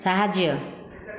ସାହାଯ୍ୟ